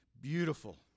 beautiful